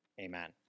amen